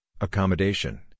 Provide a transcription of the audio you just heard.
accommodation